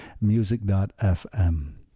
Music.fm